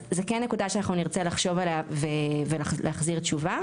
אז זאת כן נקודה שנרצה לחשוב עליה ולהחזיר תשובה,